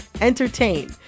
entertain